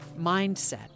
mindset